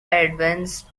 adventist